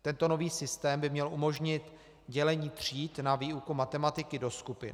Tento nový systém by měl umožnit dělení tříd na výuku matematiky do skupin.